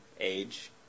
age